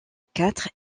quatre